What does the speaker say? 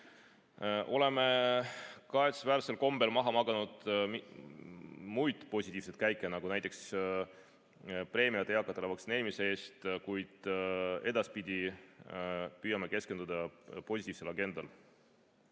Oleme kahetsusväärsel kombel maha maganud muid positiivseid käike, nagu näiteks preemiad eakatele vaktsineerimise eest, kuid edaspidi püüame keskenduda positiivsele agendale.